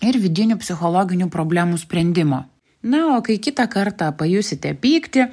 ir vidinių psichologinių problemų sprendimo na o kai kitą kartą pajusite pyktį